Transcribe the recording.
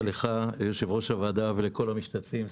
לך יושב-ראש הוועדה ולכל המשתתפים.